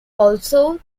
also